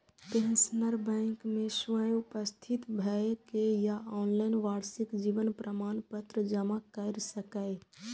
pensioner bank मे स्वयं उपस्थित भए के या ऑनलाइन वार्षिक जीवन प्रमाण पत्र जमा कैर सकैए